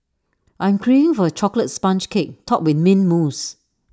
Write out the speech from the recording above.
I am craving for A Chocolate Sponge Cake Topped with Mint Mousse